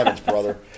brother